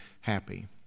happy